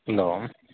hello